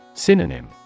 Synonym